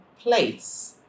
place